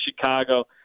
Chicago